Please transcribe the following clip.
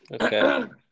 Okay